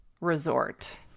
resort